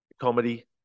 comedy